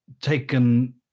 taken